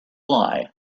lie